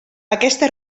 aquesta